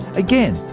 again,